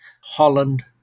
Holland